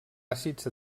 àcids